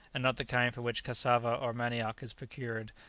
and not the kind from which cassava or manioc is procured,